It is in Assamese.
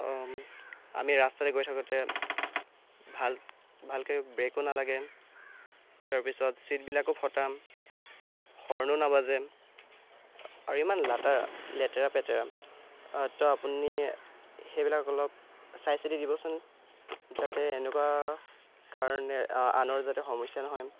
আমি ৰাস্তা দি গৈ থাকোঁতে ভাল ভালকৈ ব্ৰেকো নালাগে তাৰ পিছতে ছীটবিলাকো ফটা হৰ্ণো নাবাজে আৰু ইমান লাতেৰা লেতেৰা পেতেৰা তো আপুনি সেইবিলাক অলপ চাই চিতি দিবচোন যাতে এনেকুৱা কাৰণে আনৰ যাতে সমস্যা নহয়